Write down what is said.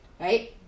Right